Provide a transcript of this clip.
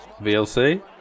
VLC